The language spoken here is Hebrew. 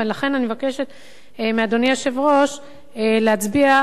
אני מבקשת מאדוני היושב-ראש להצביע על מה